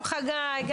גם חגי.